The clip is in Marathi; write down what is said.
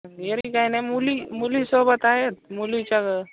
काय नाही मुली मुली सोबत आहेत मुलीच्या